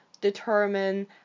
determine